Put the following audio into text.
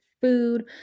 food